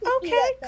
okay